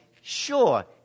sure